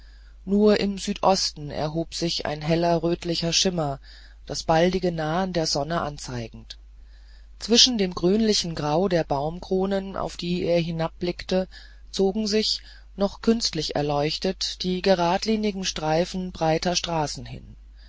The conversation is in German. nur im südosten erhob sich ein heller rötlicher schimmer das baldige nahen der sonne anzeigend zwischen dem grünlichen grau der baumkronen auf die er hinabblickte zogen sich noch künstlich erleuchtet die geradlinigen streifen breiter straßen hin